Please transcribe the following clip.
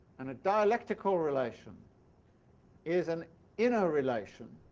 and a dialectical relation is an inner relation,